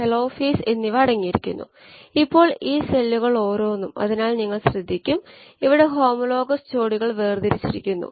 ഇതിന്റെ ഉപയോഗം എന്താണ് എന്ന് വെച്ചാൽ നമുക്ക് 1 നിരക്ക് അറിയാമെകിൽ പ്രസക്തമായ യിൽഡ് കോയിഫിഷ്യന്റ നിന്ന് മറ്റു നിരക്ക് കണക്കാകാം